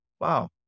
wow